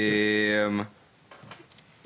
חד משמעית.